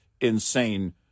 insane